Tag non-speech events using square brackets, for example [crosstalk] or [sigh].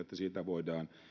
[unintelligible] että siitä voidaan